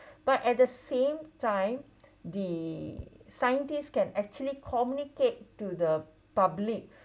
but at the same time the scientists can actually communicate to the public